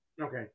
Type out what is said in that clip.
Okay